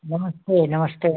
नमस्ते नमस्ते